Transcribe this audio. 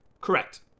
Correct